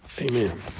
amen